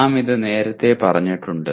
നാം ഇത് നേരത്തെ പറഞ്ഞിട്ടുണ്ട്